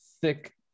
thick